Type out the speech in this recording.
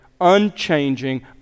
unchanging